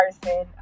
person